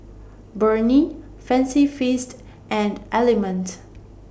Burnie Fancy Feast and Element